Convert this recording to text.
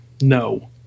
no